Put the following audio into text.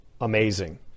amazing